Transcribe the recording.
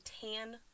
tan